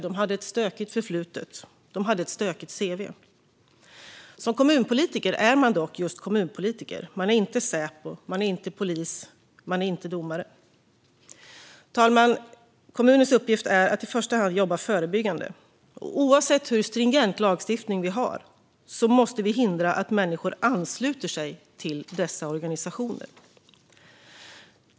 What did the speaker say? De hade ett stökigt förflutet och ett stökigt cv. Som kommunpolitiker är man dock just kommunpolitiker. Man är inte Säpo. Man är inte polis. Man är inte domare. Fru talman! Kommunens uppgift är att i första hand jobba förebyggande. Oavsett hur stringent lagstiftning vi har måste vi hindra att människor ansluter sig till dessa organisationer.